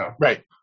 Right